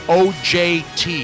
ojt